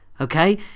Okay